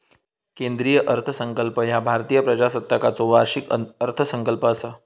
केंद्रीय अर्थसंकल्प ह्या भारतीय प्रजासत्ताकाचो वार्षिक अर्थसंकल्प असा